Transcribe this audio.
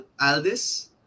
Aldis